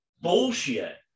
bullshit